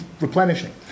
replenishing